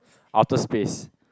outer space